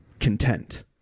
content